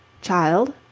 Child